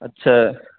اچھا